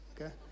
okay